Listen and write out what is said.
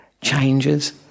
changes